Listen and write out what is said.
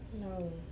No